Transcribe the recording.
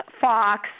Fox